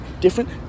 Different